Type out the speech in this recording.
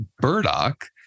Burdock